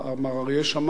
מר אריה שמם,